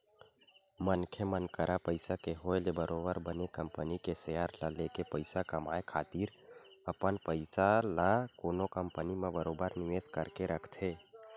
मनखे मन करा पइसा के होय ले बरोबर बने कंपनी के सेयर ल लेके पइसा कमाए खातिर अपन पइसा ल कोनो कंपनी म बरोबर निवेस करके रखथे